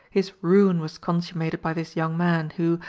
his ruin was consummated by this young man, who,